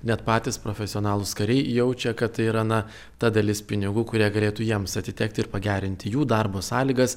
net patys profesionalūs kariai jaučia kad yra na ta dalis pinigų kurie galėtų jiems atitekti ir pagerinti jų darbo sąlygas